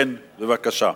בבקשה.